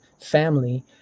family